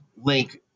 link